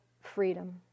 freedom